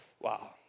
Wow